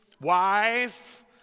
wife